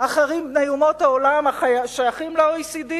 אחרים בני אומות העולם השייכים ל-OECD,